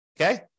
Okay